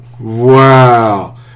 Wow